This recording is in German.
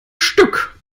stück